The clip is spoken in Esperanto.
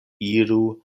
iru